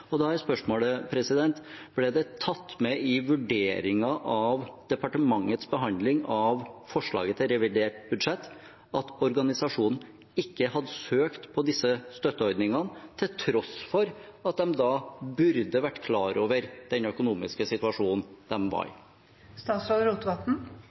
Da er spørsmålet: Ble det tatt med i vurderingen av departementets behandling av forslaget til revidert nasjonalbudsjett at organisasjonen ikke hadde søkt på disse støtteordningene til tross for at de burde vært klar over den økonomiske situasjonen de var